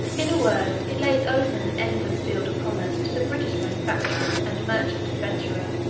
in a word, it lays open an endless field of commerce to the british manufactures and merchant adventurer.